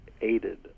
aided